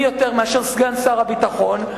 מי יותר מאשר סגן שר הביטחון,